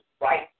right